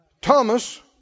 Thomas